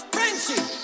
Friendship